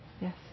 yes